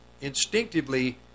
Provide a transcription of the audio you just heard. instinctively